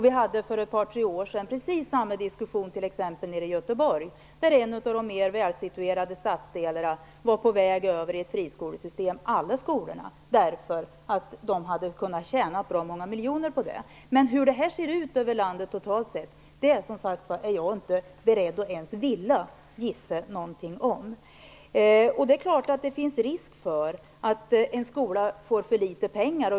Vi hade för ett par tre år sedan precis samma diskussion nere i Göteborg, t.ex., där alla skolor i en av de mer välsituerade stadsdelarna var på väg över i ett friskolesystem därför att de hade kunnat tjäna bra många miljoner på det. Men hur det ser ut över landet totalt sett är jag som sagt inte beredd att ens vilja gissa. Det är klart att det finns risk för att en skola kan få för litet pengar.